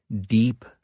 deep